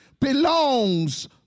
belongs